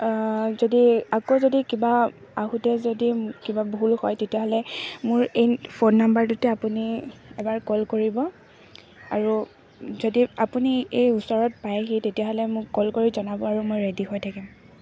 যদি আকৌ যদি কিবা আহোঁতে যদি কিবা ভুল হয় তেতিয়াহ'লে মোৰ এই ফোন নাম্বাৰটোতে আপুনি এবাৰ কল কৰিব আৰু যদি আপুনি এই ওচৰত পায়হি তেতিয়াহ'লে মোক কল কৰি জনাব আৰু মই ৰেডী হৈ থাকিম